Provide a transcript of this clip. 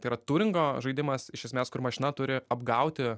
tai yra turingo žaidimas iš esmės kur mašina turi apgauti